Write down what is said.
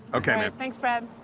okay, man. thanks, brad.